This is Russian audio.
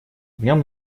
нем